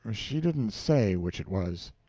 she didn't say which it was.